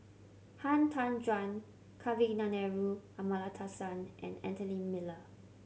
Han Tan Juan Kavignareru Amallathasan and Anthony Miller